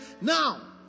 Now